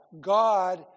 God